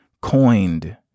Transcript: coined